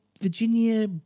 Virginia